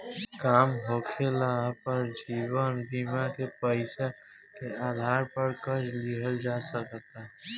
काम होखाला पर जीवन बीमा के पैसा के आधार पर कर्जा लिहल जा सकता